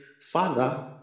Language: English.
Father